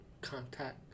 contact